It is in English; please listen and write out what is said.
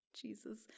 Jesus